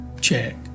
check